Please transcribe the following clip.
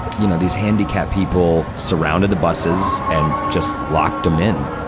you know, these handicap people surrounded the buses, and just locked them in,